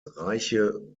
reiche